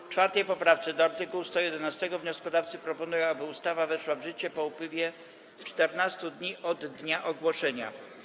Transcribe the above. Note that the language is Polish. W 4. poprawce do art. 111 wnioskodawcy proponują, aby ustawa weszła w życie po upływie 14 dni od dnia ogłoszenia.